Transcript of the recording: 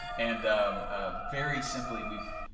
and um ah very simply we've,